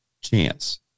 chance